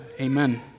Amen